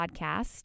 podcast